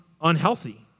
unhealthy